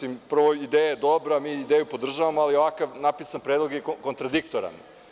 Ideja je dobra i ideju podržavamo, ali ovako napisan predlog je kontradiktoran.